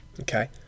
okay